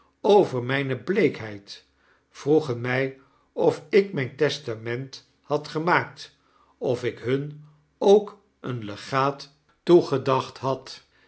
over mijne bleekheid vroegen mij of ik mijn testament had gemaakt of ik hun ook een legaat toegedacht had